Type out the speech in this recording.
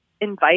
invite